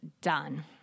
done